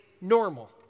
normal